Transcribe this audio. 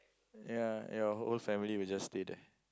ya your whole family will just stay there